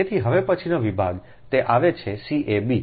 તેથી હવે પછીનો વિભાગ તે આવે છે c a b